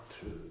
true